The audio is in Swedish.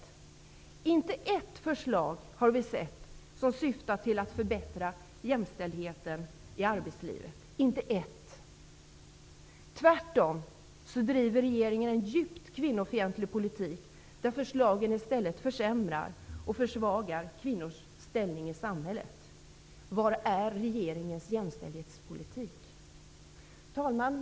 Vi har inte sett något förslag som syftar till att förbättra jämställdheten i arbetslivet -- inte ett enda! Tvärtom driver regeringen en djupt kvinnofientlig politik, där förslagen i stället försämrar och försvagar kvinnors ställning i samhället. Var är regeringens jämställdhetspolitik? Herr talman!